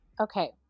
Okay